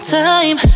time